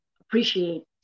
appreciate